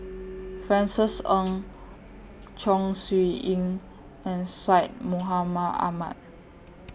Francis Ng Chong Siew Ying and Syed Mohamed Ahmed